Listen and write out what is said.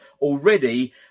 already